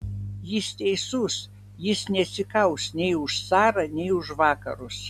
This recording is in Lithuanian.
jis teisus jis nesikaus nei už carą nei už vakarus